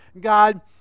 God